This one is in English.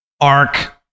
ark